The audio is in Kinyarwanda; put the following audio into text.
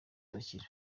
udakira